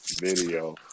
video